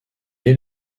est